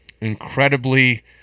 incredibly